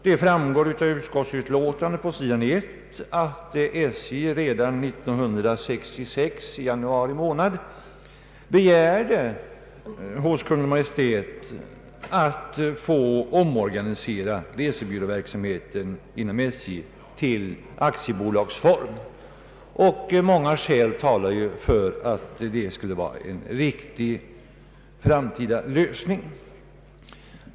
Det framgår av utskottsutlåtandet på sidan 1, att SJ redan i januari 1966 begärde hos Kungl. Maj:t att få omorganisera resebyråverksamheten inom SJ till aktiebolagsform. Många skäl talar för att detta skulle vara en riktig framtida lösning.